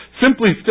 Simply